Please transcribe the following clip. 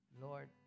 Lord